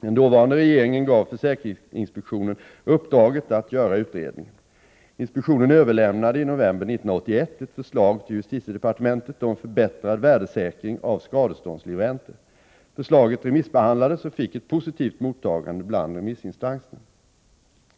Den dåvarande regeringen gav försäkringsinspektionen uppdraget att göra utredningen. Inspektionen överlämnade i november 1981 ett förslag till justitiedepartementet om förbättrad värdesäkring av skadeståndslivräntor. Förslaget remissbehandlades och fick ett positivt mottagande bland remissinstanserna.